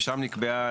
ושם נקבעה,